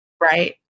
right